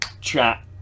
chat